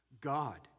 God